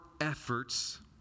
efforts